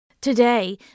Today